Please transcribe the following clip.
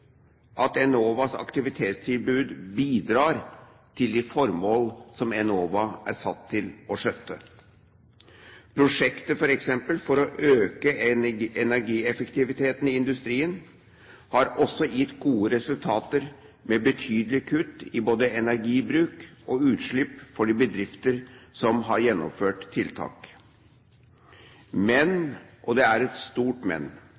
at Enovas aktivitetstilbud bidrar til de formål som Enova er satt til å skjøtte. Prosjekter f.eks. for å øke energieffektiviteten i industrien har også gitt gode resultater med betydelige kutt i både energibruk og utslipp for de bedriftene som har gjennomført tiltak. Men, og det er et stort